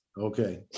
Okay